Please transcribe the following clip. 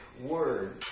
word